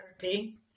therapy